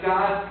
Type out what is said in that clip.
God